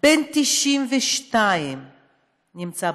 בן 92 נמצא בבית,